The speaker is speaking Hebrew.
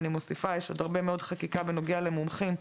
אני אוסיף שיש עוד הרבה חקיקה בנוגע למומחים,